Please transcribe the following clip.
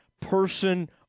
person